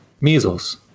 measles